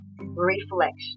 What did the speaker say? reflection